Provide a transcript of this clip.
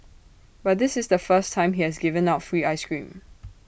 but this is the first time he has given out free Ice Cream